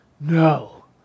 no